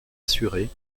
assurés